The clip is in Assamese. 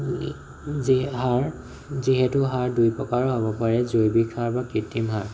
যে সাৰ যিহেতু সাৰ দুই প্ৰকাৰৰ হ'ব পাৰে জৈৱিক সাৰ বা কৃত্ৰিম সাৰ